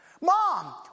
Mom